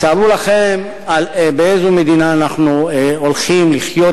אז תארו לכם באיזו מדינה אנחנו הולכים לחיות,